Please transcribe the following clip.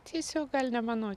tiesiog gal ne mano